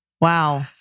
Wow